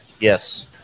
Yes